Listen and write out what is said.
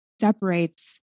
separates